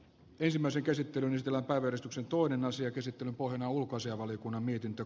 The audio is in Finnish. ensimmäisen käsittelyn estellä arvostuksen toinen asia käsittelyn pohjana on ulkoasiainvaliokunnan mietintö